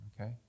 okay